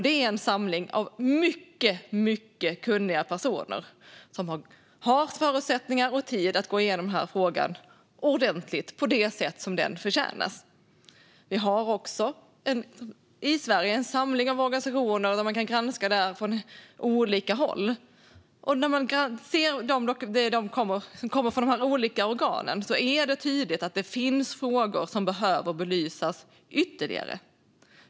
Det är en samling mycket kunniga personer som har förutsättningar och tid att gå igenom frågan ordentligt, på det sätt som den förtjänar. I Sverige har vi också en samling organisationer som kan granska från olika håll. När man tittar på det som kommer från de olika organen blir det tydligt att det finns frågor som behöver belysas ytterligare.